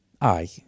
aye